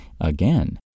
again